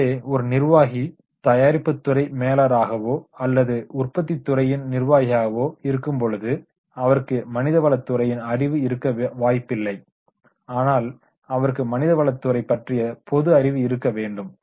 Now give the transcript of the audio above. எனவே ஒரு நிர்வாகி தயாரிப்பு துறை மேலாளராகவோ அல்லது உற்பத்தி துறையின் நிர்வாகியாகவோ இருக்கும்பொழுது அவருக்கு மனிதவளத் துறையின் அறிவு இருக்க வாய்ப்பில்லை ஆனால் அவருக்கு மனிதவளத் துறை பற்றிய பொதுஅறிவு இருக்க வேண்டும்